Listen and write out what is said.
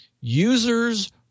Users